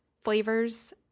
flavors